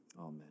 Amen